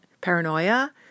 paranoia